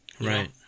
Right